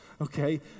Okay